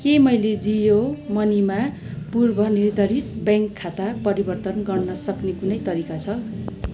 के मैले जियो मनीमा पूर्वनिर्धारित ब्याङ्क खाता परिवर्तन गर्न सक्ने कुनै तरिका छ